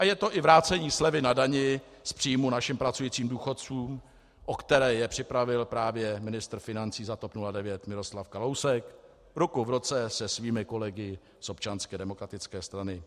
A je to i vrácení slevy na dani z příjmu našim pracujícím důchodcům, o které je připravil právě ministr financí za TOP 09 Miroslav Kalousek ruku v ruce se svými kolegy z Občanské demokratické strany.